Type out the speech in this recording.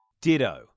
Ditto